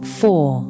four